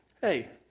Hey